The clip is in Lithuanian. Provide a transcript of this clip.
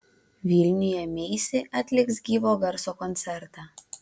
vilniuje meisi atliks gyvo garso koncertą